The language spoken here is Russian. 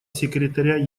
секретаря